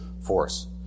force